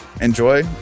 Enjoy